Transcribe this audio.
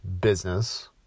business